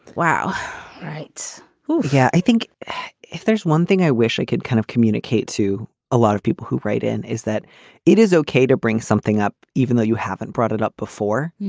wow right. yeah. i think if there's one thing i wish i could kind of communicate to a lot of people who write in is that it is okay to bring something up even though you haven't brought it up before.